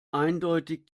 eindeutig